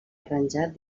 arranjat